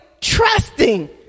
trusting